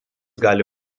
gali